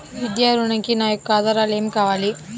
విద్యా ఋణంకి నా యొక్క ఆధారాలు ఏమి కావాలి?